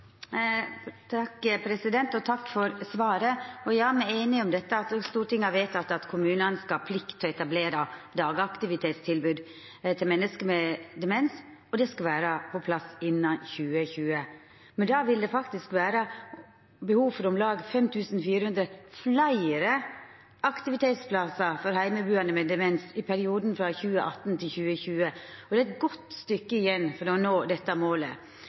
Takk for svaret. Me er einige om at Stortinget har vedteke at kommunane skal ha plikt til å etablera dagaktivitetstilbod til menneske med demens, og det skal vera på plass innan 2020. Men då vil det faktisk vera behov for om lag 5 400 fleire aktivitetsplassar for heimebuande med demens i perioden frå 2018 til 2020, og det er eit godt stykke igjen til ein når dette målet.